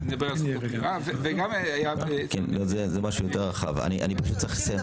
הדבר היחיד שרציתי לומר